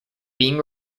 being